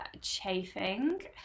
chafing